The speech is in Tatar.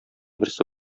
берсе